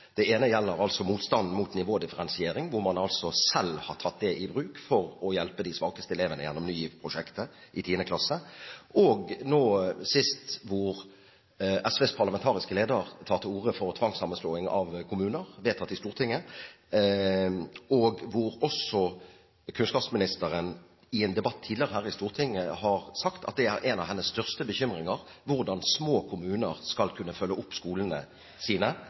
Det ene gjelder motstanden mot nivådifferensiering, hvor man altså selv har tatt det i bruk for å hjelpe de svakeste elevene, gjennom Ny GIV-prosjektet i 10. klasse, og nå sist, hvor SVs parlamentariske leder tar til orde for tvangssammenslåing av kommuner, vedtatt i Stortinget, og hvor også kunnskapsministeren i en debatt tidligere her i Stortinget har sagt at en av hennes største bekymringer er hvordan små kommuner skal kunne følge opp skolene sine